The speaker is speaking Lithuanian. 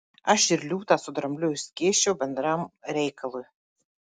aš ir liūtą su drambliu išskėsčiau bendram reikalui